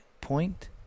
point